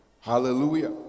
Hallelujah